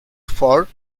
for